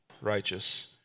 righteous